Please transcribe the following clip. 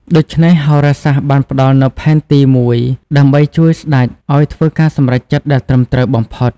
ដូច្នេះ ហោរាសាស្ត្របានផ្តល់នូវផែនទីមួយដើម្បីជួយស្តេចឲ្យធ្វើការសម្រេចចិត្តដែលត្រឹមត្រូវបំផុត។